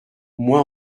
moi